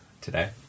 today